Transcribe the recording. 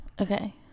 Okay